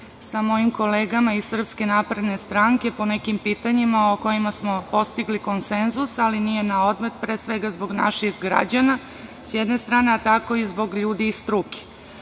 sa mojim kolegama iz SNS po nekim pitanjima o kojima smo postigli konsenzus, ali nije naodmet, pre svega zbog naših građana, s jedne strane, a tako i zbog ljudi iz